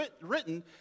written